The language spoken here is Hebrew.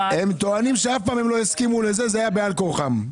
הם טוענים שמעולם הם לא הסכימו לזה; שזה היה בעל כורחם.